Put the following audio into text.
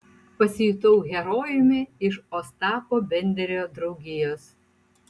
pasijutau herojumi iš ostapo benderio draugijos